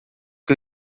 que